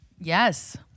Yes